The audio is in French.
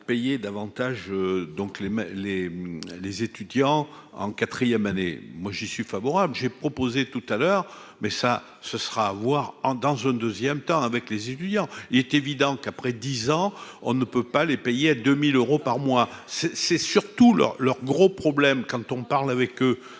donc les, les, les étudiants en quatrième année, moi je suis. Favorable, j'ai proposé tout à l'heure, mais ça, ce sera à voir en dans un 2ème temps avec les étudiants, il est évident qu'après 10 ans, on ne peut pas les payer 2000 euros par mois c'est c'est surtout leur leur gros problème quand on parle avec eux,